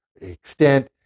extent